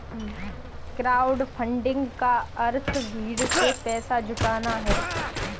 crowdfunding का अर्थ भीड़ से पैसा जुटाना है